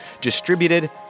distributed